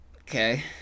Okay